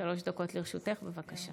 שלוש דקות לרשותך, בבקשה.